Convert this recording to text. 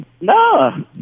No